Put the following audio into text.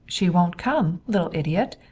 she won't come. little idiot!